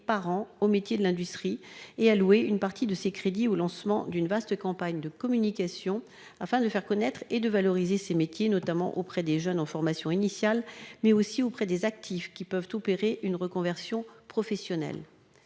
par an aux métiers de l'industrie ? Il s'agirait d'allouer une partie de ces crédits au lancement d'une vaste campagne de communication afin de faire connaître et de valoriser ces métiers, non seulement auprès des jeunes en formation initiale, mais aussi auprès des actifs qui peuvent opérer une reconversion professionnelle.